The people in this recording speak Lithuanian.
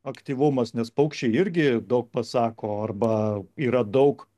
aktyvumas nes paukščiai irgi daug pasako arba yra daug